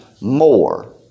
more